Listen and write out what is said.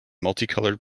multicolored